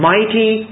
Mighty